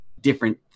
different